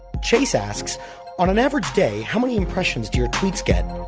chase asks on an average day, how many impressions do your tweets get?